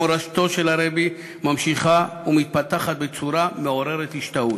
ומורשתו של הרבי ממשיכה ומתפתחת בצורה מעוררת השתאות.